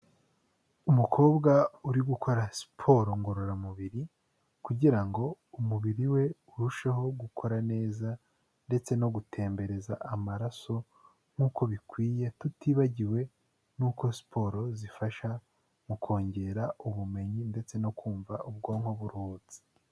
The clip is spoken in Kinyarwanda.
Umukobwa uri gukora siporo ngororamubiri, kugira ngo umubiri we urusheho gukora neza, ndetse no gutembereza amaraso nk'uko bikwiye, tutibagiwe n'uko siporo zifasha mu kongera ubumenyi, ndetse no kumva ubwonko buruhutse.